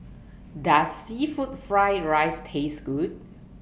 Does Seafood Fried Rice Taste Good